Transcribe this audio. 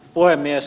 puhemies